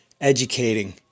educating